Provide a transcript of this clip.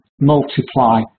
multiply